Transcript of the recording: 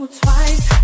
twice